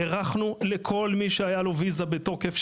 הארכנו לכל מי שהייתה לו ויזה בתוקף,